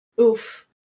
Oof